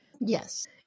Yes